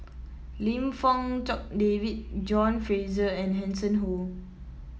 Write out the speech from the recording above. Lim Fong Jock David John Fraser and Hanson Ho